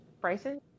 Bryson